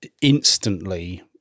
instantly